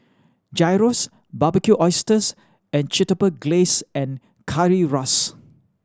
Gyros Barbecued Oysters and Chipotle Glaze and Currywurst